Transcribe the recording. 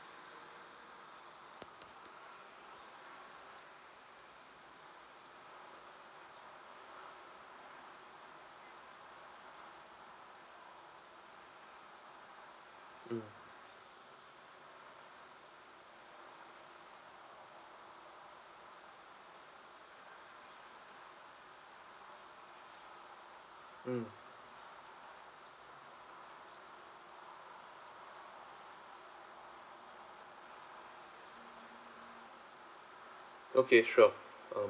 mm mm okay sure uh